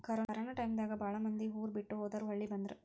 corona time ದಾಗ ಬಾಳ ಮಂದಿ ಊರ ಬಿಟ್ಟ ಹೊದಾರ ಹೊಳ್ಳಿ ಬಂದ್ರ